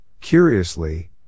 curiously